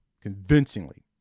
convincingly